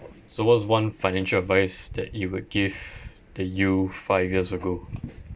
so what's one financial advice that you will give the you five years ago